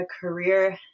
career